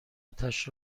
اتش